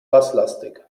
basslastig